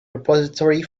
repository